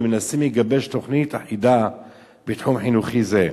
והם מנסים לגבש תוכנית אחידה בתחום חינוכי זה.